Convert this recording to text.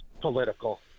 political